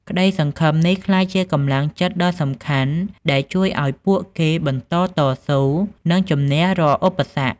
ក្ដីសង្ឃឹមនេះក្លាយជាកម្លាំងចិត្តដ៏សំខាន់ដែលជួយឲ្យពួកគេបន្តតស៊ូ និងជម្នះរាល់ឧបសគ្គ។